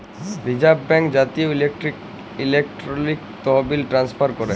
reserve Bank জাতীয় electronic তহবিল transfer ক্যরে